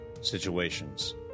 situations